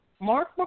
Mark